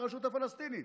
לרשות הפלסטינית".